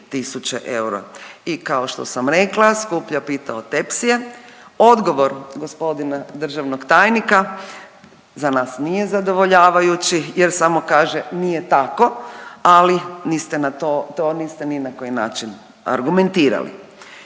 i kao što sam rekla skuplja pita od tepsije, odgovor g. državnog tajnika za nas nije zadovoljavajući jer samo kaže „nije tako“ ali niste na to, to niste ni na koji način argumentirali.